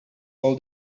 all